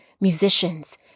musicians